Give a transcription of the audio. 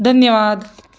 धन्यवाद